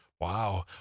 Wow